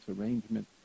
arrangement